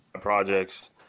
projects